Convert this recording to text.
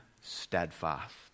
steadfast